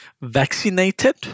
vaccinated